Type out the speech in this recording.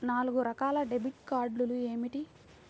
నాలుగు రకాల డెబిట్ కార్డులు ఏమిటి?